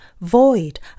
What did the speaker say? void